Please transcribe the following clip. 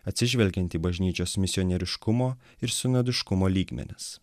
atsižvelgiant į bažnyčios misionieriškumo ir sinodiškumo lygmenis